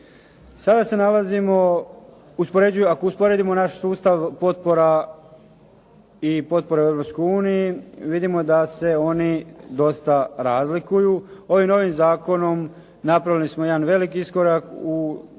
Sada se nalazimo, ako usporedimo naš sustav potpora i potpora u Europskoj uniji vidimo da se oni dosta razlikuju. Ovim novim zakonom napravili smo jedan veliki iskorak u